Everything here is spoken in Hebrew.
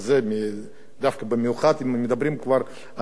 במיוחד אם מדברים כבר על קרן נויבך,